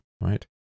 right